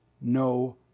no